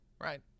Right